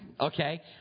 okay